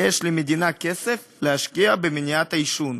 יש למדינה כסף להשקיע במניעת העישון.